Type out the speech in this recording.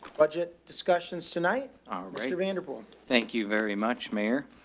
budget discussions tonight. oh right. you're vanderpool. thank you very much mayor.